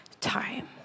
time